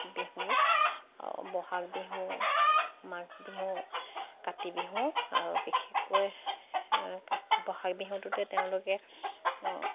বিহু বহাগ বিহু মাঘ বিহু কাতি বিহু আৰু বিশেষকৈ বহাগ বিহুটোকে তেওঁলোকে